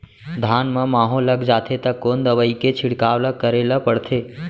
धान म माहो लग जाथे त कोन दवई के छिड़काव ल करे ल पड़थे?